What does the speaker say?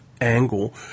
angle